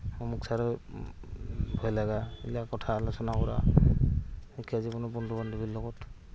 অমুক ছাৰৰ ভয় লগা এইবিলাক কথা আলোচনা কৰা শিক্ষা জীৱনো বন্ধু বান্ধৱীৰ লগত